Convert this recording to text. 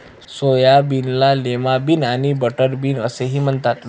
सोयाबीनला lima bean आणि butterbean असेही म्हणतात